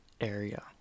area